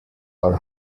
are